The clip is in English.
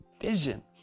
vision